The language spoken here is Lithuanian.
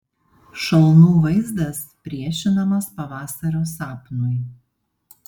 šalnų vaizdas priešinamas pavasario sapnui